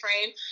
frame